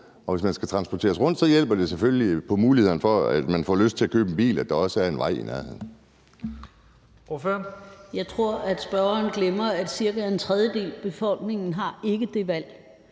og hvis man skal transporteres rundt, hjælper det selvfølgelig på muligheden for, at man får lyst til at købe en bil, at der også er en vej i nærheden. Kl. 11:28 Første næstformand (Leif Lahn Jensen): Ordføreren. Kl.